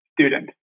student